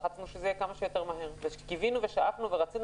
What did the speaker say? לחצנו שזה יהיה כמה שיותר מהר וקיווינו ושאפנו ורצינו